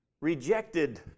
rejected